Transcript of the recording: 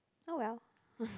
oh well